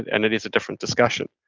and and it is a different discussion,